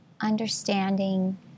understanding